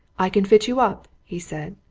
i can fit you up, he said.